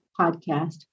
podcast